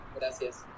Gracias